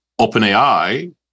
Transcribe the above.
OpenAI